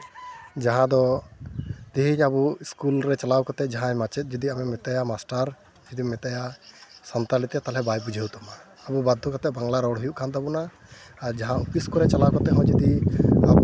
ᱡᱟᱦᱟᱸ ᱫᱚ ᱛᱮᱦᱤᱧ ᱟᱵᱚ ᱤᱥᱠᱩᱞ ᱨᱮ ᱪᱟᱞᱟᱣ ᱠᱟᱛᱮᱫ ᱡᱟᱦᱟᱸᱭ ᱢᱟᱪᱮᱫ ᱡᱚᱫᱤ ᱟᱢᱮᱢ ᱢᱮᱛᱟᱭᱟ ᱢᱟᱥᱴᱟᱨ ᱡᱚᱫᱤᱢ ᱢᱮᱛᱟᱭᱟ ᱥᱟᱱᱛᱟᱞᱤᱛᱮ ᱛᱟᱦᱚᱞᱮ ᱵᱟᱭ ᱵᱩᱡᱷᱟᱹᱣ ᱛᱟᱢᱟ ᱟᱵᱚ ᱵᱟᱫᱽᱫᱷᱚ ᱠᱟᱛᱮᱫ ᱵᱟᱝᱞᱟ ᱨᱚᱲ ᱦᱩᱭᱩᱜ ᱠᱟᱱ ᱛᱟᱵᱳᱱᱟ ᱟᱨ ᱡᱟᱦᱟᱸ ᱚᱯᱷᱤᱥ ᱠᱚᱨᱮ ᱦᱚᱸ ᱪᱟᱞᱟᱣ ᱠᱟᱛᱮᱫ ᱡᱚᱫᱤ